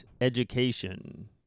education